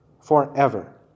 forever